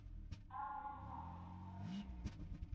दान दक्षिणा कतेक लेबै